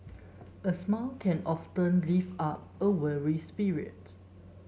a smile can often lift up a weary spirit